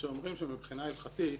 שאומרים שמבחינה הלכתית,